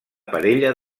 parella